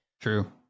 True